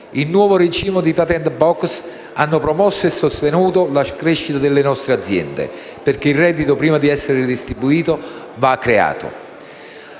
il nuovo regime di *patent box* hanno promosso e sostenuto la crescita delle nostre aziende, perché il reddito prima di essere redistribuito deve